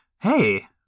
hey-